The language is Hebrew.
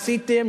למה עשיתם,